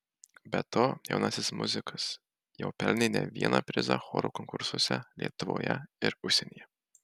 be to jaunasis muzikas jau pelnė ne vieną prizą chorų konkursuose lietuvoje ir užsienyje